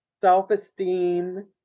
self-esteem